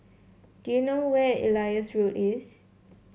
do you know where Elias Road is